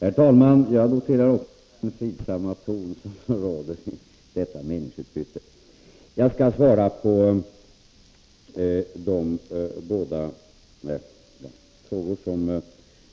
Herr talman! Också jag noterar den fridsamma ton som råder i detta meningsutbyte. Jag skall svara på de båda frågor som